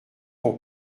pour